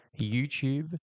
YouTube